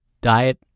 diet